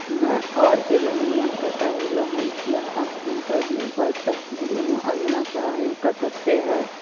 میں اور کے درمیان بٹا ہوا ہوں کیا آپ انفبیم پر تفصیلی موازنہ فراہم کر سکتے ہے